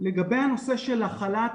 לגבי הנושא של החל"ת,